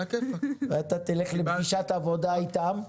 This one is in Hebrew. ואתה תלך לפגישת עבודה איתם.